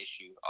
issue